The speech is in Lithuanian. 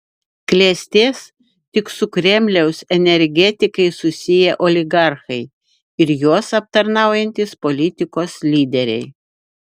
klestės tik su kremliaus energetikais susiję oligarchai ir juos aptarnaujantys politikos lyderiai